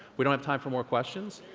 we don't have time for more questions,